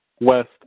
West